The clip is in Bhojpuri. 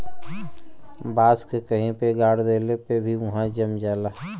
बांस के कहीं पे गाड़ देले पे भी उहाँ जम जाला